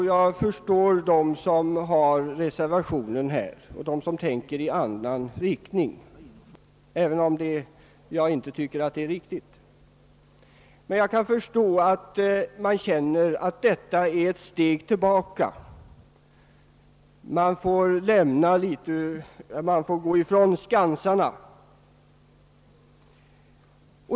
Jag förstår reservanterna och dem som delar deras uppfattning, även om jag själv inte gör det. Jag kan förstå att man känner detta som ett steg tillbaka -— man får gå ifrån skansarna.